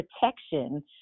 protection